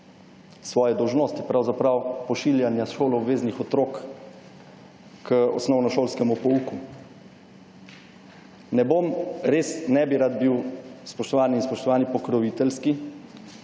svoje dolžnosti, pravzaprav pošiljanja šolo obveznih otrok k osnovnošolskemu pouku. Ne bom, res, ne bi rad bil, spoštovane in spoštovani, pokroviteljski,